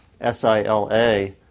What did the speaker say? S-I-L-A